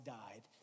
died